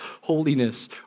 holiness